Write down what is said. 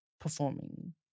performing